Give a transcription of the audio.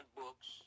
books